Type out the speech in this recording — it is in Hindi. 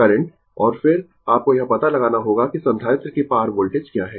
करंट और फिर आपको यह पता लगाना होगा कि संधारित्र के पार वोल्टेज क्या है